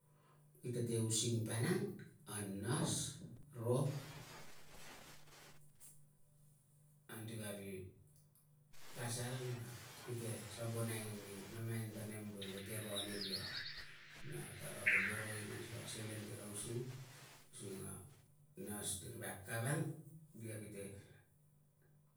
Ki te te using vanang, a nas ro, anti kari pasal na kite sabonai ni mamain ta nem woe kate ro aniria na tarate boro i mang sikei a selen si kara using, using a nas tiri vap kavang ria kite